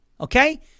okay